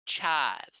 chives